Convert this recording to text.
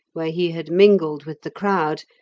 where he had mingled with the crowd,